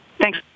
Thanks